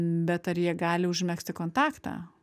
bet ar jie gali užmegzti kontaktą